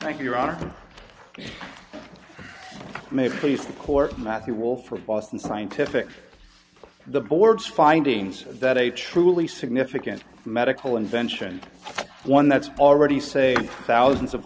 you your honor may please the court matthew will for boston scientific the board's findings that a truly significant medical invention one that's already say thousands of